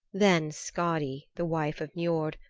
then skadi, the wife of niord,